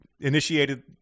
initiated